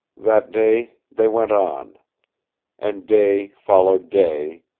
that day they went on and day followed day,